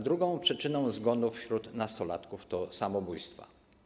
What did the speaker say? Drugą przyczyną zgonów wśród nastolatków są samobójstwa.